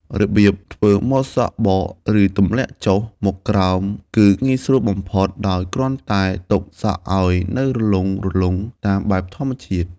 របៀបធ្វើម៉ូតសក់បក ឬទម្លាក់ចុះមកក្រោម គឺងាយស្រួលបំផុត ដោយគ្រាន់តែទុកសក់ឱ្យនៅរលុងៗ តាមបែបធម្មជាតិ។